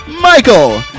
Michael